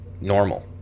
normal